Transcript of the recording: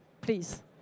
please